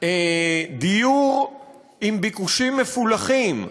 דיור עם ביקושים מפולחים,